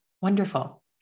Wonderful